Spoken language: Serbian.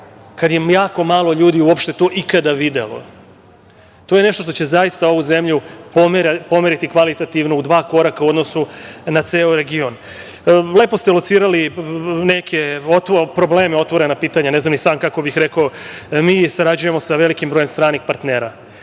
kad je jako malo ljudi uopšte to ikada videlo? To je nešto što će zaista ovu zemlju pomeriti kvalitativno u dva koraka u odnosu na ceo region. Lepo ste locirali neke probleme, otvorena pitanja, ne znam ni sam kako bih rekao. Mi sarađujemo sa velikim brojem stranih partnera.